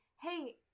hey